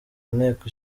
nteko